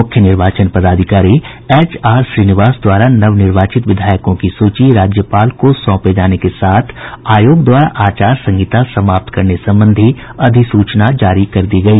मुख्य निर्वाचन पदाधिकारी एच आर श्रीनिवास द्वारा नवनिर्वाचित विधायकों की सूची राज्यपाल को सौंपे जाने को साथ आयोग द्वारा आचार संहिता समाप्त करने संबंधी अधिसूचना जारी कर दी गयी